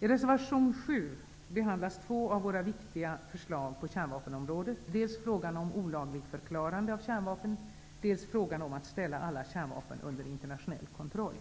I reservation 7 behandlas två av våra viktiga förslag på kärnvapenområdet, dels frågan om olagligförklarande av kärnvapen, dels frågan om att ställa alla kärnvapen under internationell kontroll.